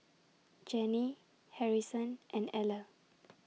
Jenny Harrison and Eller